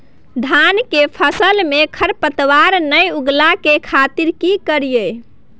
धान के फसल में खरपतवार नय उगय के खातिर की करियै?